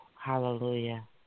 Hallelujah